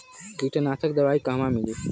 कीटनाशक दवाई कहवा मिली?